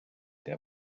der